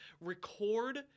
record